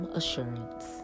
assurance